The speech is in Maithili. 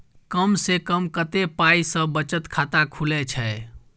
कम से कम कत्ते पाई सं बचत खाता खुले छै?